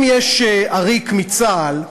אם יש עריק מצה"ל,